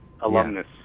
Alumnus